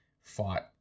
fought